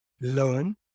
Learn